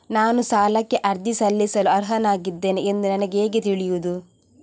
ನಾನು ಸಾಲಕ್ಕೆ ಅರ್ಜಿ ಸಲ್ಲಿಸಲು ಅರ್ಹನಾಗಿದ್ದೇನೆ ಎಂದು ನನಗೆ ಹೇಗೆ ತಿಳಿಯುದು?